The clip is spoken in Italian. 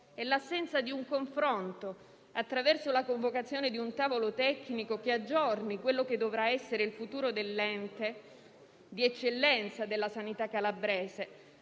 e l'assenza di un confronto, attraverso la convocazione di un tavolo tecnico che aggiorni su quello che dovrà essere il futuro dell'ente di eccellenza della sanità calabrese,